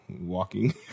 Walking